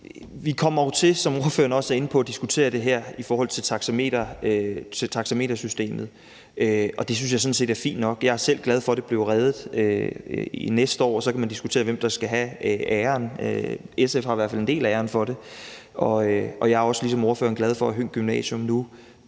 er inde på, at diskutere det her i forhold til taxametersystemet, og det synes jeg sådan set er fint nok. Jeg er selv glad for, at det blev reddet næste år, og så kan man diskutere, hvem der skal have æren; SF har i hvert fald en del af æren for det. Jeg er også ligesom ordføreren glad for, at Høng Gymnasium og